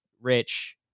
Rich